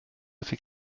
fait